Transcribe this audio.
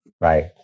Right